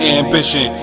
ambition